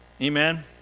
Amen